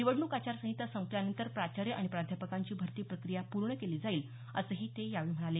निवडणूक आचारसंहिता संपल्यानंतर प्राचार्य आणि प्राध्यापकांची भरती प्रक्रिया पूर्ण केली जाईल असंही ते यावेळी म्हणाले